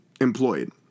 employed